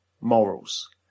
morals